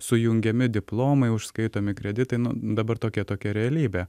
sujungiami diplomai užskaitomi kreditai nu dabar tokia tokia realybė